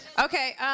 Okay